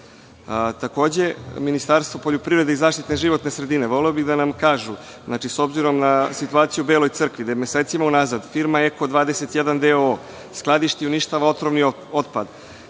Ministarstvo poljoprivrede i zaštite životne sredine, voleo bih da nam kažu s obzirom na situaciju u Beloj Crkvi gde mesecima unazad firma „Eko 21“ d.o.o. skladišti i uništava otrovni otpad,